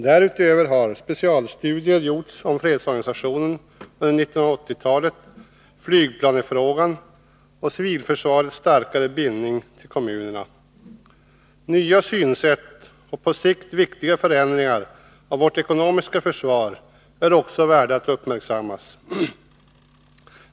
Därutöver har specialstudier gjorts om fredsorganisationen under 1980-talet, flygplansfrågan och civilförsvarets starkare bindning till kommunerna. Nya synsätt och, på sikt, viktiga förändringar av vårt ekonomiska försvar är också värda att uppmärksammas.